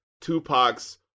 Tupac's